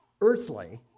earthly